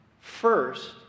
first